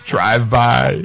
Drive-by